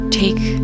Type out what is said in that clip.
take